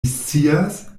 scias